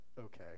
okay